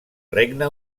regne